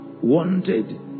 wanted